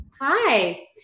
Hi